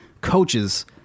coaches